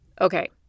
Okay